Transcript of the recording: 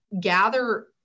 Gather